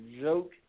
joke